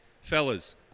fellas